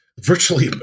virtually